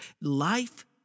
Life